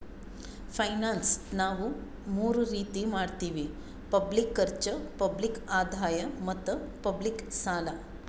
finance ನಾವ್ ಮೂರ್ ರೀತಿ ಮಾಡತ್ತಿವಿ ಪಬ್ಲಿಕ್ ಖರ್ಚ್, ಪಬ್ಲಿಕ್ ಆದಾಯ್ ಮತ್ತ್ ಪಬ್ಲಿಕ್ ಸಾಲ